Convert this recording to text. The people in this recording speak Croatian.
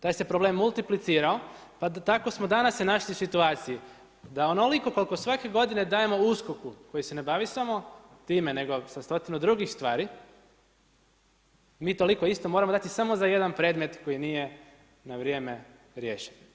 Taj se problem multiplicirao, pa tako smo danas se našli u situaciji, da onoliko koliko svake godine dajemo USKOKU koji se ne bavi samo time, nego sa stotinu drugih stvari, mi toliko isto moramo dati samo za jedan predmet koji nije na vrijeme riješen.